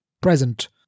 present